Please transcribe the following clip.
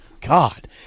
god